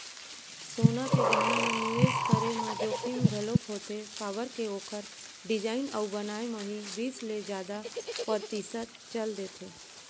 सोना के गहना म निवेस करे म जोखिम घलोक होथे काबर के ओखर डिजाइन अउ बनाए म ही बीस ले जादा परतिसत चल देथे